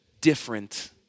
different